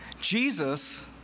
Jesus